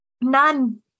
none